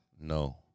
No